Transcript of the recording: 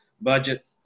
budget